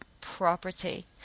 property